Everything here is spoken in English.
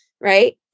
right